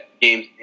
games